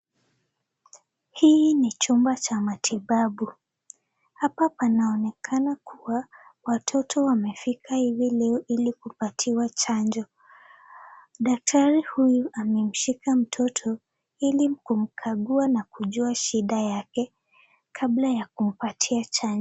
Hii ni chumba cha matibabu hapa panaonekana kuwa watoto wamefika hivi leo ili kupatiwa chanjo. Daktari huyu amemshika mtoto ili kumkagua na kujua shida yake kabla ya kumpatia chanjo.